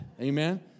Amen